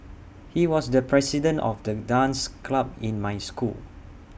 he was the president of the dance club in my school